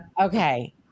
Okay